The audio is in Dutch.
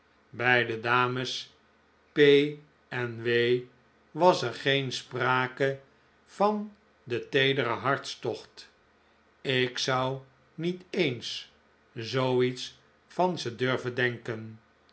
de dames p en w was er geen sprake van den teederen hartstocht ik zou niet eens zoo iets van ze durven denken